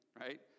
right